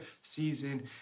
season